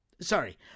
Sorry